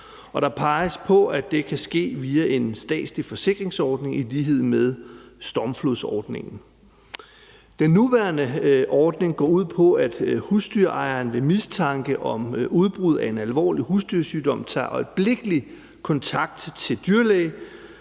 Der peges på, at det kan ske via en statslig forsikringsordning i lighed med stormflodsordningen. Den nuværende ordning går ud på, at husdyrejeren ved mistanke om udbrud af en alvorlige husdyrsygdom tager øjeblikkelig kontakt til dyrlægen